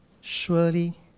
surely